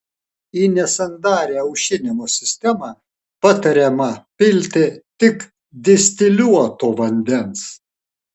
į nesandarią aušinimo sistemą patariama pilti tik distiliuoto vandens